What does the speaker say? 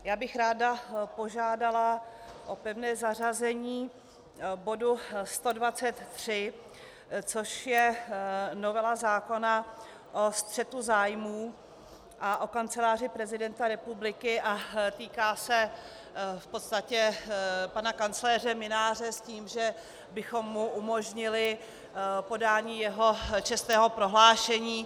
Ráda bych požádala o pevné zařazení bodu 123, což je novela zákona o střetu zájmů Kanceláře prezidenta republiky a týká se v podstatě pana kancléře Mynáře s tím, že bychom mu umožnili podání jeho čestného prohlášení.